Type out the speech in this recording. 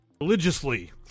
Religiously